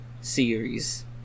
series